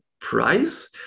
price